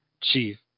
Chief